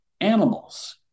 animals